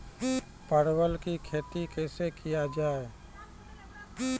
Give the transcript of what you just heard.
परवल की खेती कैसे किया जाय?